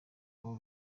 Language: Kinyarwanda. n’abo